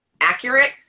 accurate